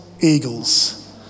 eagles